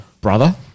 Brother